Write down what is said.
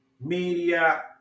media